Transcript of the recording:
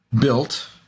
built